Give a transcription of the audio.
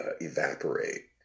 evaporate